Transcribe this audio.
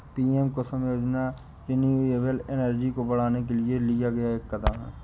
PM Kusum योजना renewable energy को बढ़ाने के लिए लिया गया एक कदम है